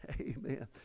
Amen